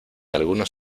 algunos